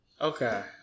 Okay